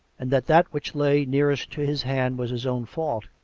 and that that which lay nearest to his hand was his own fault.